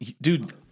dude